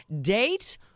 Date